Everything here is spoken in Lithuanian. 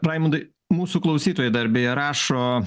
raimundai mūsų klausytojai dar beje rašo